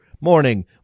morning